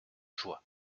joie